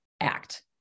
act